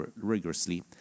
rigorously